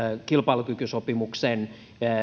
kilpailukykysopimuksen